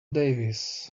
davis